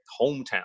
hometown